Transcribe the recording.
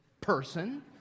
person